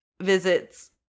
visits